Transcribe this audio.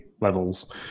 levels